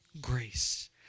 grace